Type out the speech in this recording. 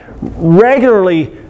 regularly